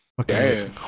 Okay